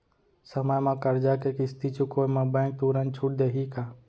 समय म करजा के किस्ती चुकोय म बैंक तुरंत छूट देहि का?